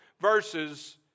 verses